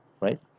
right